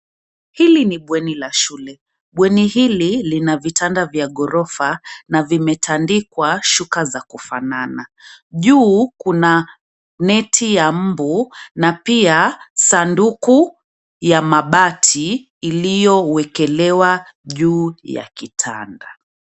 Hili ni bweni la shule, bweni hili lina vitanda vya gorofa na vimetandikwa shuka za kufanana. Juu kuna neti ya mbu na pia sanduku ya mabati iliyo wekelewa juu ya kitanda.